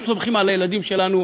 אנחנו סומכים על הילדים שלנו,